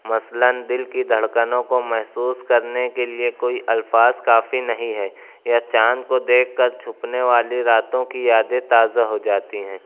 مثلاً دِل کی دھڑکنوں کو محسوس کرنے کے لیے کوئی الفاظ کافی نہیں ہے یا چاند کو دیکھ کر چھپنے والی راتوں کی یادیں تازہ ہو جاتی ہیں